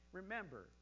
remember